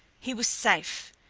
he was safe.